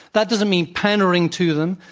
that doesn't mean pandering to them,